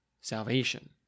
salvation